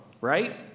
right